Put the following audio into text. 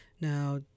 Now